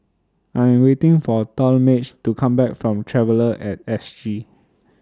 I Am waiting For Talmage to Come Back from Traveller At S G